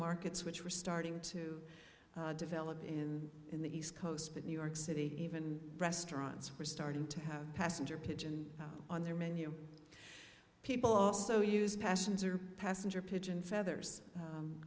markets which were starting to develop in the east coast but new york city even restaurants were starting to have passenger pigeon on their menu people also use passions or passenger pigeon feathers